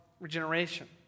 regeneration